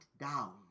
down